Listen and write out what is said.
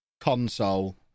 console